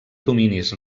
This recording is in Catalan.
dominis